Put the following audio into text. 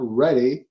ready